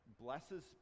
blesses